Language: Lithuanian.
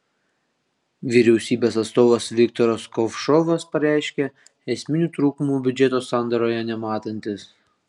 vyriausybės atstovas viktoras kovšovas pareiškė esminių trūkumų biudžeto sandaroje nematantis